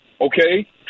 okay